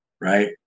right